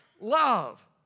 love